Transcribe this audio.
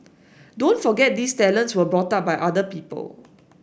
don't forget these talents were brought up by other people